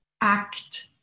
act